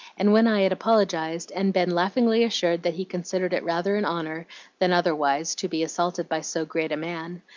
and when i had apologized and been laughingly assured that he considered it rather an honor than otherwise to be assaulted by so great a man,